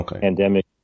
pandemic